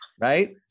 Right